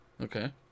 okay